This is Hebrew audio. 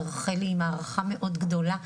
ורחלי עם הערכה מאוד גדולה,